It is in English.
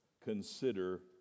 consider